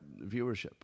viewership